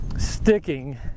sticking